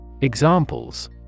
Examples